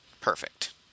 Perfect